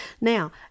Now